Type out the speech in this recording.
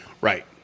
right